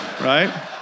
right